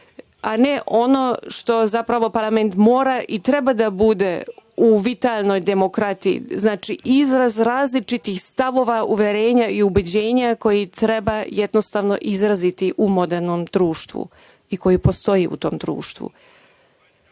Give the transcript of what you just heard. a ne ono što zapravo parlament mora i treba da bude u vitalnoj demokratiji. Znači, izraz različitih stavova, uverenja i ubeđenja koje treba izraziti u modernom društvu i koja postoje u tom društvu. Sada